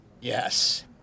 Yes